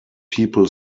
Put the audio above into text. people